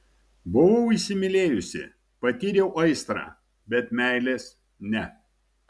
buvau įsimylėjusi patyriau aistrą bet meilės ne